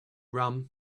rum